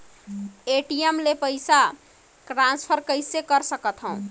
ATM ले पईसा transfer कइसे कर सकथव?